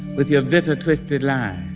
with your visit twisted lies